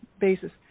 basis